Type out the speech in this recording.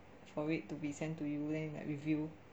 for it to be sent to you then you like review